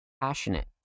passionate